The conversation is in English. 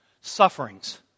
Sufferings